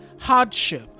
hardship